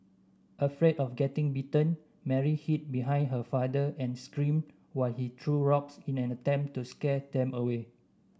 afraid of getting bitten Mary hid behind her father and screamed while he threw rocks in an attempt to scare them away